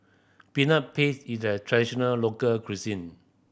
Peanut Paste is a traditional local cuisine